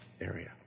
area